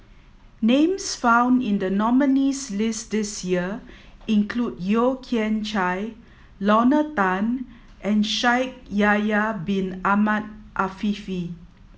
names found in the nominees' list this year include Yeo Kian Chye Lorna Tan and Shaikh Yahya bin Ahmed Afifi